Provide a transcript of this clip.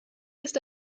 ist